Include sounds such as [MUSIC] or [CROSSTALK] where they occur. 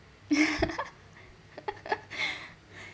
[LAUGHS]